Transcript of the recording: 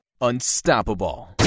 unstoppable